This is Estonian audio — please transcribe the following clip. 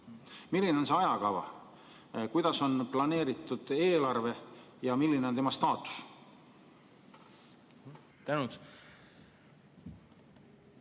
Milline on see ajakava? Kuidas on planeeritud eelarve ja milline on tema staatus?